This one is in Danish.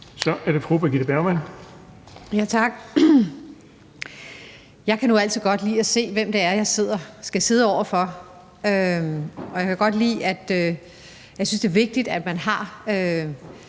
Kl. 14:14 Birgitte Bergman (KF): Tak. Jeg kan nu altid godt lide at se, hvem det er, jeg skal sidde over for, og jeg synes, det er vigtigt, at man har